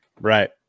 Right